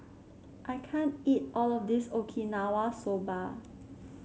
I can't eat all of this Okinawa Soba